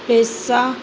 पैसा